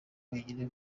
wenyine